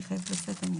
אני חייבת לצאת.